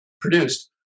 produced